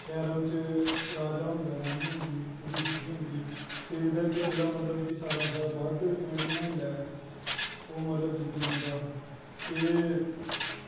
carrom च राजा होंदा रानी होंदी ओह्दी ठिप्पी होंदी ते एह्दै च मतलव कि जेह्ड़ा सारैं शा बदेद पोवाईंट बनाईलै ओह् मतलव जित्ती जंदा ते